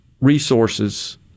resources